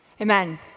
Amen